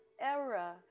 era